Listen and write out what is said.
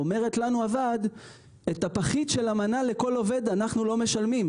אומרת לנו הוועד שאת הפחית של המנה לכל עובד אנחנו לא משלמים,